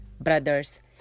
brothers